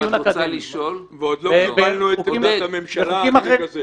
אם את רוצה לשאול -- ועוד לא קיבלנו את עמדת הממשלה עד לרגע זה.